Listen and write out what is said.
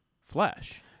flesh